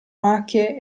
macchie